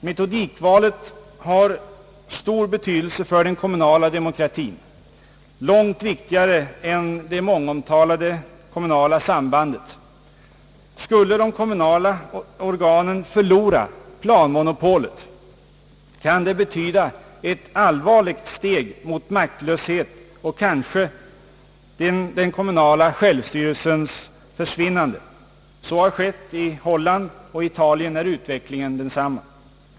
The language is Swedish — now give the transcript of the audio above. Metodikvalet har stor betydelse för den kommunala demokratien, långt viktigare än det mångomtalade kommunala sambandet. Skulle de kommunala organen förlora planmonopolet, kan det betyda ett allvarligt steg mot maktlöshet och kanske den kommunala självstyrelsens försvinnande. Så har skett i Holland, och i Italien är utvecklingen densamma.